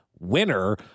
Winner